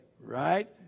right